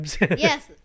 Yes